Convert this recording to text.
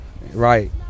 right